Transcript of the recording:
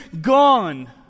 gone